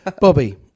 bobby